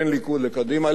בין הליכוד לקדימה.